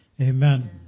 Amen